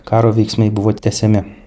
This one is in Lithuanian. karo veiksmai buvo tęsiami